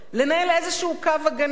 לנהל איזה קו הגנה,